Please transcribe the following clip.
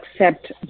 accept